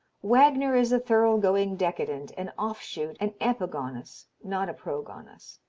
wagner is a thorough-going decadent, an off-shoot, an epigonus, not a progonus.